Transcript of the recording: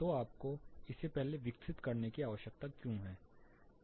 तो आपको इसे पहले विकसित करने की आवश्यकता क्यों है